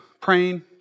praying